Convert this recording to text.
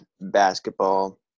basketball